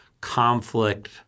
conflict